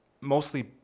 mostly